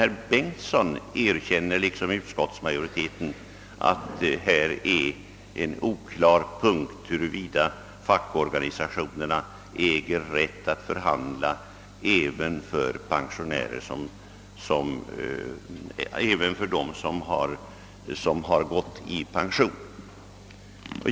Herr Bengtsson i Varberg liksom även utskottsmajoriteten erkänner att det är oklart, huruvida fackorganisationerna äger rätt att förhandla även för dem som gått i pension.